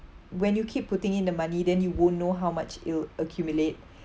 when you keep putting in the money then you won't know how much it'll accumulate